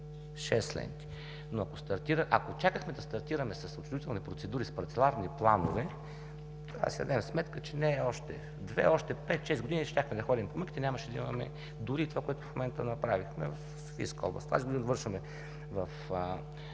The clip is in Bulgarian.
шест ленти. Но, ако чакахме да стартираме с отчуждителни процедури, с парцеларни планове, трябва да си дадем сметка, че не още две, а още пет-шест години щяхме да ходим по мъките и нямаше да имаме дори и това, което в момента направихме в Софийска област. Тази година довършваме